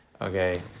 Okay